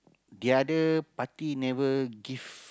the other party never give